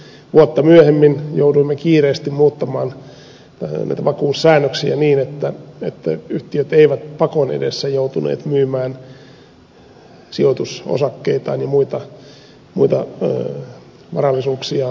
se sitten johtikin siihen että vuotta myöhemmin jouduimme kiireesti muuttamaan vakuussäännöksiä niin että yhtiöt eivät pakon edessä joutuneet myymään sijoitusosakkeitaan ja muita varallisuuksiaan alihintaan